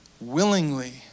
willingly